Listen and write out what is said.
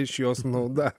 iš jos nauda